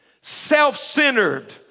self-centered